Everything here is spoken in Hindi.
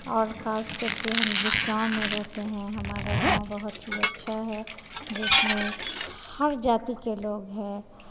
और ख़ासकर के हम जिस गाँव में रहते हैं हमारा गाँव बहुत ही अच्छा है जिसमें हर जाति के लोग है